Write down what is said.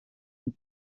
une